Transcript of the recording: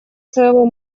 своего